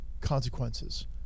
consequences